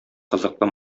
кызыклы